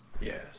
Yes